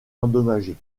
endommagé